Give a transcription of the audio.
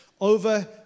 over